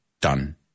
done